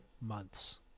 months